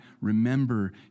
remember